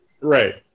right